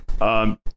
Um-